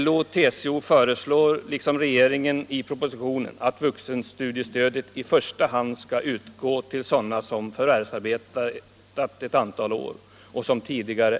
LO och TCO föreslår liksom regeringen i propositionen att vuxenstudiestödet i första hand skall utgå till sådana som förvärvsarbetat ett antal år och som är lågutbildade.